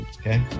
okay